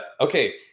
okay